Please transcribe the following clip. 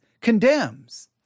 condemns